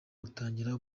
utangira